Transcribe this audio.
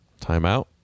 Timeout